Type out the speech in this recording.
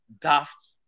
daft